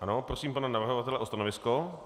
Ano, prosím pana navrhovatele o stanovisko.